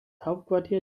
hauptquartier